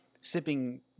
sipping